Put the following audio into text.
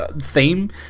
theme